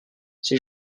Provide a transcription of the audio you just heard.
ces